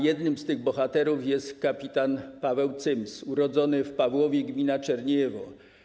Jednym z tych bohaterów jest kpt. Paweł Cyms, urodzony w Pawłowie, gmina Czerniejewo.